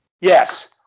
yes